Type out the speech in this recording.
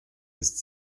ist